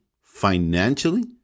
financially